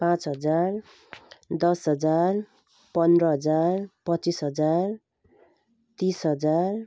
पाँच हजार दस हजार पन्ध्र हजार पच्चिस हजार तिस हजार